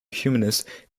humanist